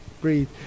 breathe